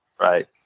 Right